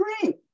great